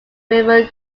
river